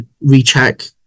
recheck